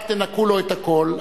רק תנקו לו את הכול.